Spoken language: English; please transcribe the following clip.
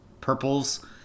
Purples